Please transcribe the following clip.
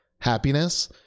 happiness